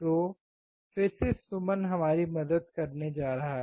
तो फिर से सुमन हमारी मदद करने जा रहा है